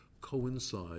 coincide